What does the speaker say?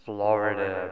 Florida